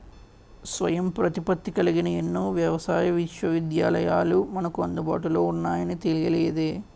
స్వయం ప్రతిపత్తి కలిగిన ఎన్నో వ్యవసాయ విశ్వవిద్యాలయాలు మనకు అందుబాటులో ఉన్నాయని తెలియలేదే